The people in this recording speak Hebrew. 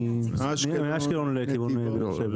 מאשקלון לכיוון באר שבע.